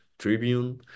Tribune